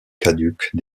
caduques